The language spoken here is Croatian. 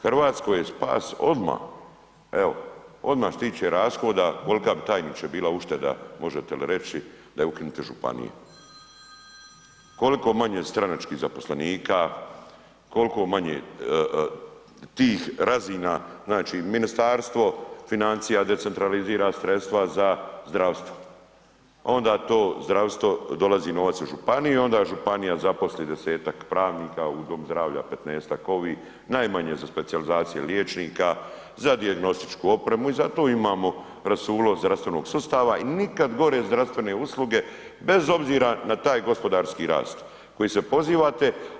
Hrvatskoj je spas odmah, evo odmah što se tiče rashoda kolika bi tajniče bila ušteda možete li reći da ukinete županije, koliko manje stranačkih zaposlenika, koliko manje tih razina, znači Ministarstvo financija decentralizira sredstva za zdravstvo, onda to zdravstvo dolazi novac u županiju i onda županija zaposli 10-tak pravnika u dom zdravlja, 15-tak ovih najmanje za specijalizacije liječnika, za dijagnostičku opremu i zato imamo rasulo zdravstvenog sustava i nikad gore zdravstvene usluge bez obzira na taj gospodarski rast koji se pozivate.